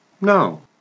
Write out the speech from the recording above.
No